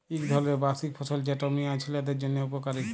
ইক ধরলের বার্ষিক ফসল যেট মিয়া ছিলাদের জ্যনহে উপকারি